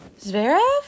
Zverev